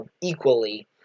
equally